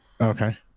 Okay